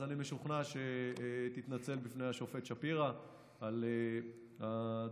אני משוכנע שתתנצל בפני השופט שפירא על הדברים,